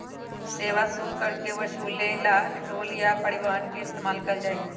सेवा शुल्क कर के वसूले ला टोल या परिवहन के इस्तेमाल कइल जाहई